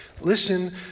listen